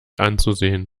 anzusehen